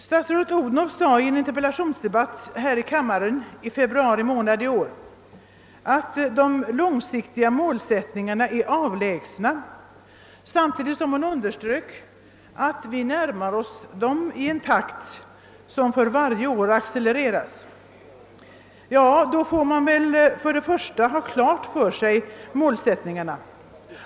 Statsrådet Odhnoff sade under en interpellationsdebatt här i kammaren i februari månad, att de långsiktiga målsättningarna är avlägsna, samtidigt som hon underströk att vi närmade oss dem i en takt som för varje år accelererar. När man bedömer detta uttalande måste man väl: först göra klart för sig vilka målsättningarna är.